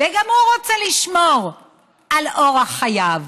וגם הוא רוצה לשמור על אורח חייו.